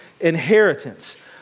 inheritance